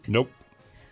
Nope